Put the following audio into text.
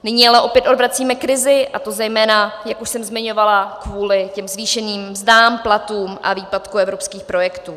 Nyní ale opět odvracíme krizi, a to zejména, jak už jsem zmiňovala, kvůli těm zvýšeným mzdám, platům a výpadku evropských projektů.